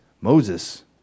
Moses